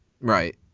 Right